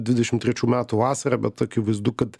dvidešimt trečių metų vasarą bet akivaizdu kad